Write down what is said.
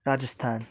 Rajasthan